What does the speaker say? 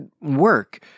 work